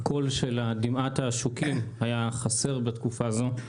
הקול של דמעת העשוקים היה חסר בתקופה זו.